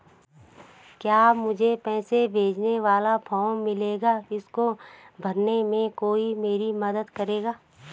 क्या मुझे पैसे भेजने वाला फॉर्म मिलेगा इसको भरने में कोई मेरी मदद करेगा?